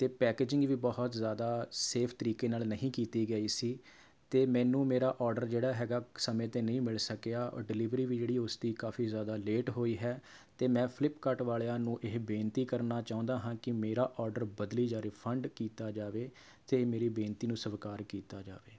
ਅਤੇ ਪੈਕਜਿੰਗ ਵੀ ਬਹੁਤ ਜ਼ਿਆਦਾ ਸੇਫ ਤਰੀਕੇ ਨਾਲ ਨਹੀਂ ਕੀਤੀ ਗਈ ਸੀ ਅਤੇ ਮੈਨੂੰ ਮੇਰਾ ਆਡਰ ਜਿਹੜਾ ਹੈਗਾ ਸਮੇਂ 'ਤੇ ਨਹੀਂ ਮਿਲ ਸਕਿਆ ਔ ਡਿਲੀਵਰੀ ਵੀ ਜਿਹੜੀ ਉਸਦੀ ਕਾਫੀ ਜ਼ਿਆਦਾ ਲੇਟ ਹੋਈ ਹੈ ਅਤੇ ਮੈਂ ਫਲਿੱਪਕਾਰਟ ਵਾਲਿਆਂ ਨੂੰ ਇਹ ਬੇਨਤੀ ਕਰਨਾ ਚਾਹੁੰਦਾ ਹਾਂ ਕਿ ਮੇਰਾ ਆਰਡਰ ਬਦਲੀ ਜਾਂ ਰਿਫ਼ੰਡ ਕੀਤਾ ਜਾਵੇ ਅਤੇ ਮੇਰੀ ਬੇੇਨਤੀ ਨੂੰ ਸਵੀਕਾਰ ਕੀਤਾ ਜਾਵੇ